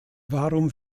warum